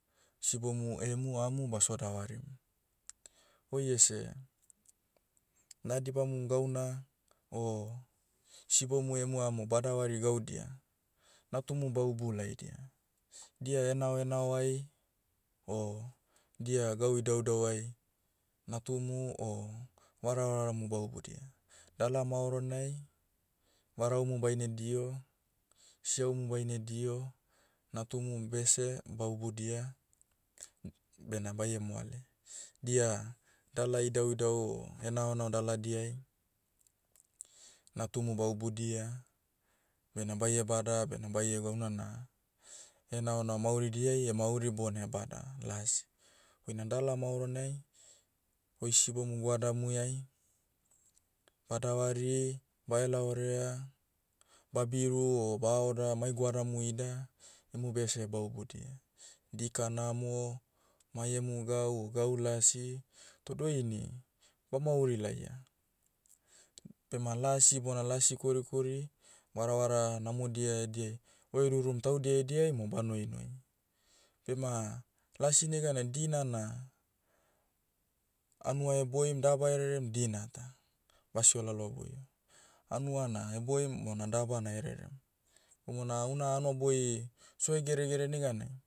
Sibomu emu amu baso davarim. Oi ese, naha dibamum gauna, o, sibomu emu amo badavari gaudia, natumu baubu laidia. Dia henao henaoai, o, dia gau idaudau ai, natumu o, varavaramu baubudia. Dala maoronai, varahumu baine diho, siahumu baine diho, natumu bese baubudia, bena baie moale. Dia, dala idauidau o, henao henao daladiai, natumu baubudia, bena baie bada bena baie ga una na, henaoenao mauridiai emauri bona ebada, las. Oina dala maoronai, oi sibomu goadamuiai, badavari, bahelaorea, babiru o bahaoda mai goadamu ida, emu bese baubudia. Dika namo, mai emu gau o gau lasi, toh doini, bamauri laia. Bema lasi bona lasi korikori, varavara namodia ediai, ohedurum taudia ediai ma ba noinoi. Bema, lasi neganai dina na, anua eboim daba rerem dina ta. Basio laloa boio. Hanua na eboim bona daba na rerem. Houna- houna hanoboi, so hegeregere neganai,